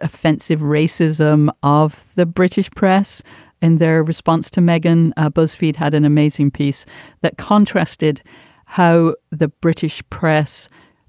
offensive racism of the british press and their response to meghan. buzzfeed had an amazing piece that contrasted how the british press